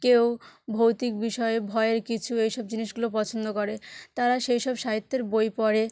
কেউ ভৌতিক বিষয়ে ভয় কিছু এই সব জিনিসগুলো পছন্দ করে তারা সেই সব সাহিত্যের বই পড়ে